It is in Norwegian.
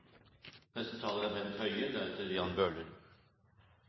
neste taler er